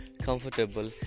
comfortable